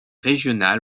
régional